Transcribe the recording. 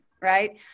right